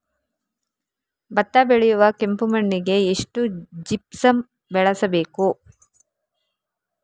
ಭತ್ತ ಬೆಳೆಯುವ ಕೆಂಪು ಮಣ್ಣಿಗೆ ಎಷ್ಟು ಜಿಪ್ಸಮ್ ಬಳಸಬೇಕು?